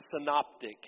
Synoptic